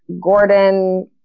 Gordon